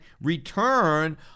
return